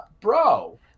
bro